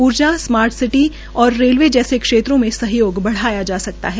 ऊर्जा स्मार्टसिटी जहाजरानी और रेलवे जैसे क्षेत्रों में सहयोग बढ़ाया जा सकता है